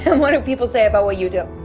what do people say about what you do?